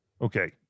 Okay